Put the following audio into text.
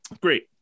great